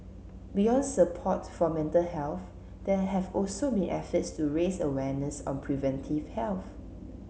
beyond support for mental health there have also been efforts to raise awareness on preventive health